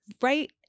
right